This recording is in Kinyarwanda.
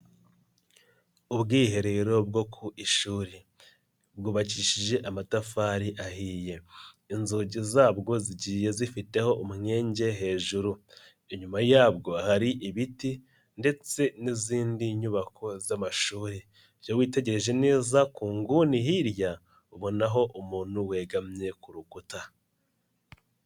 Ubwiherero bwo ku ishuri, bwubakishije amatafari ahiye, inzugi zabwo zigiye zifiteho umwenge hejuru, inyuma yabwo hari ibiti ndetse n'izindi nyubako z'amashuri, iyo witegereje neza ku nguni hirya, ubonaho umuntu wegamye ku rukuta.